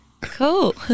Cool